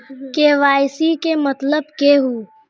KYC के मतलब केहू?